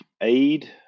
aid